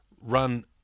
run